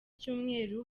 cyumweru